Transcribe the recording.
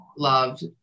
loved